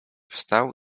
wstał